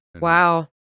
Wow